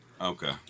Okay